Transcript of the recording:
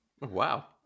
Wow